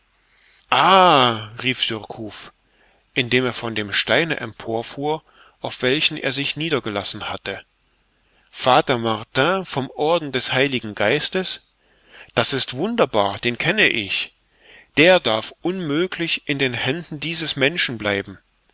rief surcouf indem er von dem steine emporfuhr auf welchen er sich niedergelassen hatte vater martin vom orden des heiligen geistes das ist wunderbar den kenne ich der darf unmöglich in den händen dieses menschen bleiben